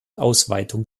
ausweitung